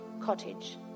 cottage